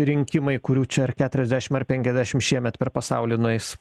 rinkimai kurių čia ar keturiasdešimt ar penkiasdešimt šiemet per pasaulį nueis